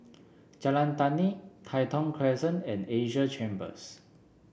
Jalan Tani Tai Thong Crescent and Asia Chambers